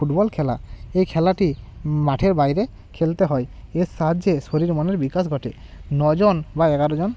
football খেলা এই খেলাটি মাঠের বাইরে খেলতে হয় এর সাহায্যে শরীর মনের বিকাশ ঘটে নজন বা এগারোজন